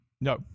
No